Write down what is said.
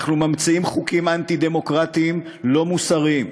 אנחנו ממציאים חוקים אנטי-דמוקרטיים, לא מוסריים,